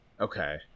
Okay